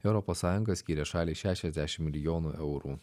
europos sąjunga skyrė šaliai šešiasdešim milijonų eurų